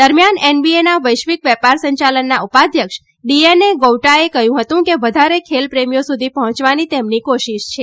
દરમ્યાન એનબીએના વૈશ્વિક વેપાર સંયાલનમાં ઉપાધ્યક્ષ ડિએને ગૌઉટાએ કહ્યું હતું કે વધારે ખેલ પ્રેમીઓ સુધી પહોંચવાની તેમની કોશિશ છે